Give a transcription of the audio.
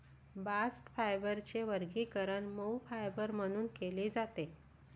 bast फायबरचे वर्गीकरण मऊ फायबर म्हणून केले जाते